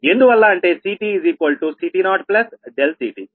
ఎందువల్ల అంటే CTCT0CTఅవునా